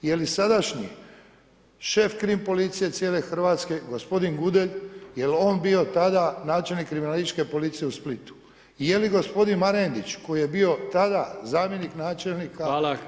I jeli sadašnji šef Krim policije cijele Hrvatske gospodin Gudelj, jel on bio tada načelnik Kriminalističke policije u Splitu i jeli gospodin Marendić koji je bio tada zamjenik načelnika